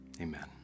Amen